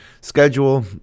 schedule